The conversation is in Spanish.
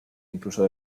incluso